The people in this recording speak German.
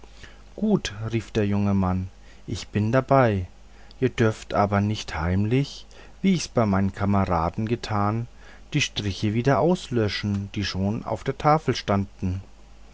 gut rief der junge mann ich bin dabei ihr dürft aber nicht heimlich wie ihr's bei meinen kameraden getan die striche wieder auslöschen die schon auf der tafel standen